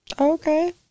okay